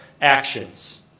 actions